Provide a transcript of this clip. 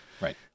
Right